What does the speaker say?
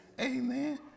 Amen